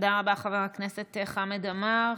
תודה רבה, חבר הכנסת חמד עמאר.